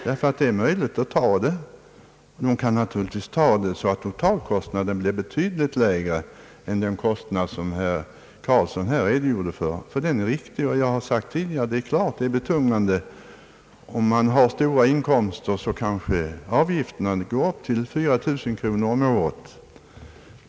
Det är möjligt att ordna detta så att totalkostnaden blir betydligt lägre än den som herr Carlsson redogjorde för. Den kostnaden är riktig, och jag har tidigare sagt att den självfallet är betungande. Om man har stora inkomster kan avgifterna gå upp till 4 000 kronor per år.